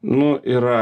nu yra